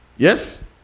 yes